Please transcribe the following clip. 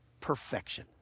perfection